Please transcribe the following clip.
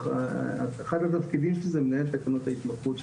אחד התפקידים שלי זה מנהל תקנות ההתמחות של